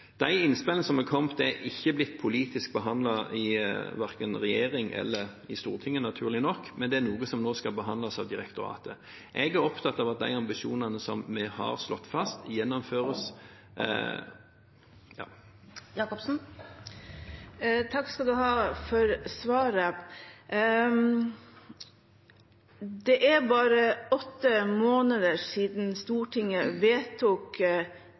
De innspillene som er kommet, er ikke blitt politisk behandlet verken i regjeringen eller i Stortinget, naturlig nok, men det er noe som nå skal behandles av direktoratet. Jeg er opptatt av at de ambisjonene som vi har slått fast, gjennomføres. Takk for svaret. Det er bare åtte måneder siden Stortinget vedtok